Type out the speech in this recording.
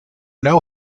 know